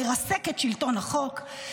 לרסק את שלטון החוק,